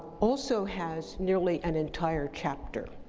also has nearly an entire chapter,